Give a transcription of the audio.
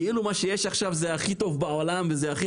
כאילו מה שיש עכשיו הוא הכי טוב בעולם והכי